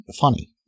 funny